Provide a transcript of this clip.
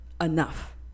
enough